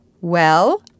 Well